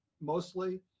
mostly